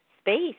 space